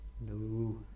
No